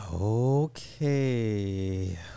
Okay